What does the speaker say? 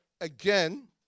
again